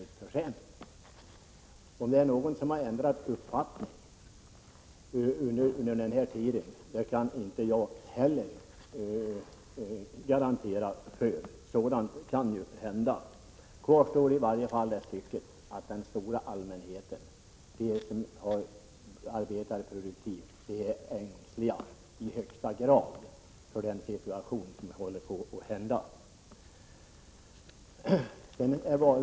1986/87:108 ändrat uppfattning under den här tiden kan jag inte heller garantera, för 22 april 1987 sådant kan ju hända. Kvar står i varje fall att den stora allmänheten, de som arbetar produktivt, är ängslig i högsta grad för den situation som håller på att uppstå. Herr talman!